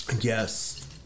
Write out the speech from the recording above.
Yes